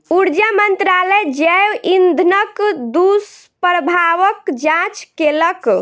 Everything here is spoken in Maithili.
ऊर्जा मंत्रालय जैव इंधनक दुष्प्रभावक जांच केलक